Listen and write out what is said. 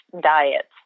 diets